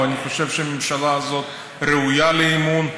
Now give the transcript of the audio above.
ואני חושב שהממשלה הזאת ראויה לאמון,